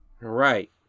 Right